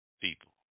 people